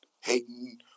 Hating